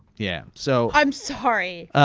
yeah. so i'm sorry,